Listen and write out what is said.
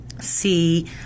see